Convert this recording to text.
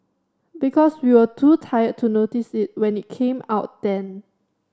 because we were too tired to notice it when it came out then